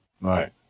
Right